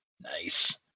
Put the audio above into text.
Nice